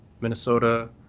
Minnesota